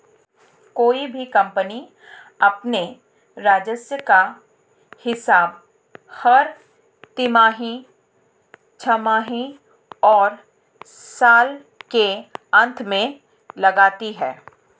कोई भी कम्पनी अपने राजस्व का हिसाब हर तिमाही, छमाही और साल के अंत में लगाती है